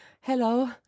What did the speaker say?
hello